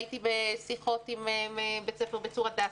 הייתי בשיחות עם בית-ספר בצור הדסה,